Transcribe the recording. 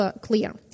clear